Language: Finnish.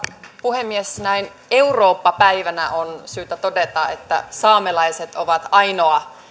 puhemies näin eurooppa päivänä on syytä todeta että saamelaiset ovat ainoa